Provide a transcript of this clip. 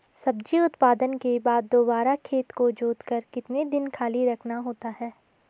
सब्जी उत्पादन के बाद दोबारा खेत को जोतकर कितने दिन खाली रखना होता है?